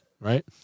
right